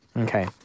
Okay